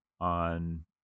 on